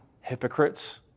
hypocrites